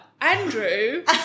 Andrew